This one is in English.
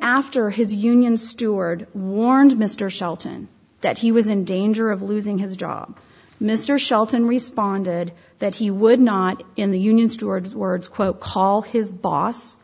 after his union steward warned mr shelton that he was in danger of losing his job mr shelton responded that he would not in the union stewards words quote call his boss